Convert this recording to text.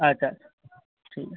আচ্ছা আচ্ছা হুম